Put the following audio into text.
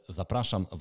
zapraszam